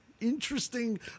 interesting